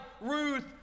Ruth